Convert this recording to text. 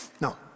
No